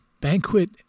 Banquet